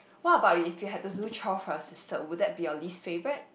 what about if you have to do chore first so would that be your least favourite